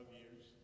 years